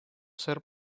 ser